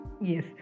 yes